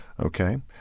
Okay